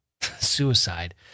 suicide